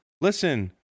listen